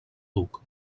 duc